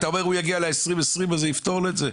אתה אומר שהוא יגיע למוקד 0120* וזה יפתור לו את זה.